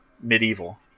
medieval